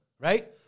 Right